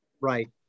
right